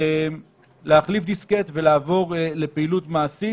להחליף דיסקט ולעבור לפעילות מעשית